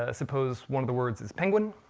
ah suppose one of the words is penguin,